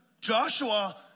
Joshua